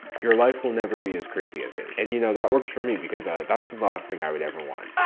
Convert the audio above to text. your life will never be as crazy as his. and you know that works for me, because that's the last thing i would ever want.